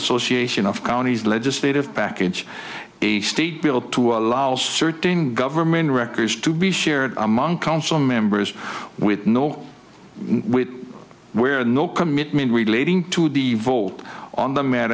association of counties legislative package a state bill to allow certain government records to be shared among council members with no we where no commitment relating to the vault on the mat